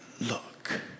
look